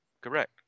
Correct